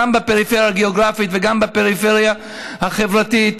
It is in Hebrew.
גם בפריפריה הגיאוגרפית וגם בפריפריה החברתית,